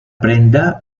prenda